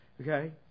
Okay